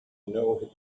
know